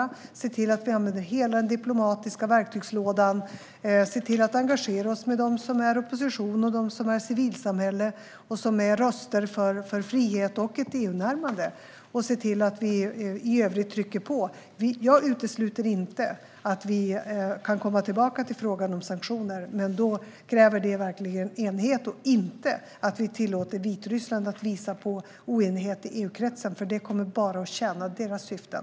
Vi kan se till att vi använder hela den diplomatiska verktygslådan och att vi engagerar oss tillsammans med dem som är i opposition, dem som utgör civilsamhället och röster för frihet och ett EU-närmande. Vi kan se till att vi i övrigt trycker på. Jag utesluter inte att vi kan komma tillbaka till frågan om sanktioner, men det kräver då verkligen enighet. Vi ska inte tillåta Vitryssland att visa på oenighet i EU-kretsen, för det kommer bara att tjäna deras syften.